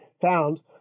found